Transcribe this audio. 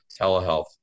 telehealth